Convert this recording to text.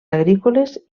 agrícoles